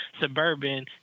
suburban